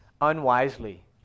unwisely